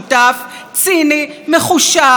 הפכתם אותו לפרסונה נון גרטה,